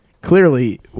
Clearly